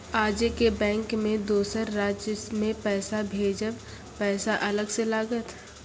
आजे के बैंक मे दोसर राज्य मे पैसा भेजबऽ पैसा अलग से लागत?